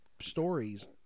stories